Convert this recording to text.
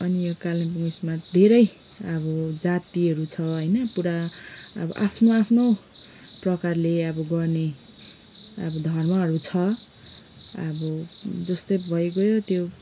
अनि यो कालिम्पोङ ऊ यसमा धेरै अब जातिहरू छ होइन पुरा अब आफ्नो आफ्नो प्रकारले अब गर्ने अब धर्महरू छ अब जस्तै भइगयो त्यो